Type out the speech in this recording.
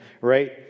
right